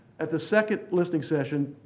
at the second listening session,